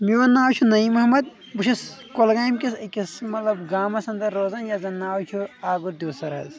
میون ناو چھُ نعیٖم احمد بہٕ چھُس کۄلہٕ گامۍ کِس أکِس مطلب گامس انٛدر روزان یتھ زن ناو چھُ آبہٕ دوٗسٕرحظ